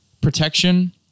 Protection